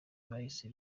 bahise